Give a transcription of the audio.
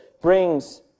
brings